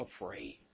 afraid